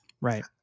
Right